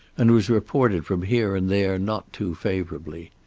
and was reported from here and there not too favorably.